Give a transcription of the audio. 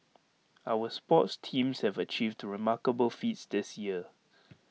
our sports teams have achieved remarkable feats this year